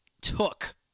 took